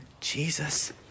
Jesus